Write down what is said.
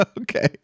okay